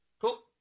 cool